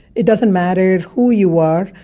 it doesn't matter who you are,